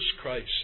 Christ